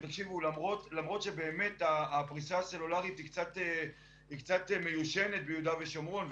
למרות שהפריסה הסלולרית היא קצת מיושנת ביהודה ושומרון,